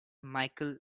micheal